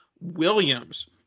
Williams